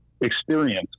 experience